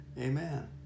Amen